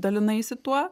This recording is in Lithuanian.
dalinaisi tuo